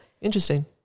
Interesting